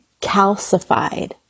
calcified